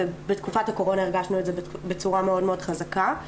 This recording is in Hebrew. ובתקופת הקורונה הרגשנו את זה בצורה מאוד מאוד חזקה.